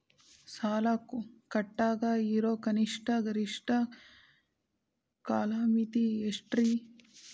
ಸಾಲ ಕಟ್ಟಾಕ ಇರೋ ಕನಿಷ್ಟ, ಗರಿಷ್ಠ ಕಾಲಮಿತಿ ಎಷ್ಟ್ರಿ?